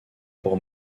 pour